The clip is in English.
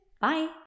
Bye